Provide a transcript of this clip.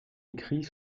écrit